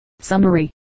Summary